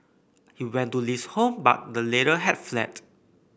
he went to Li's home but the latter had fled